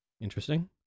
Interesting